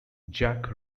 jack